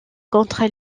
contre